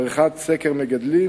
עריכת סקר מגדלים,